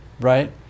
right